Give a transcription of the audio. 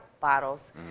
bottles